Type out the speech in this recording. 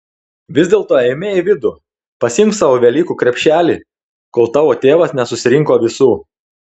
vis dėlto eime į vidų pasiimk savo velykų krepšelį kol tavo tėvas nesusirinko visų